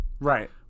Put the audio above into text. Right